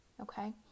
okay